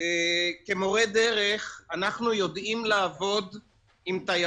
אנחנו רואים פה דברים